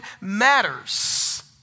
matters